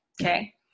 Okay